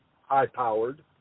high-powered